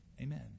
amen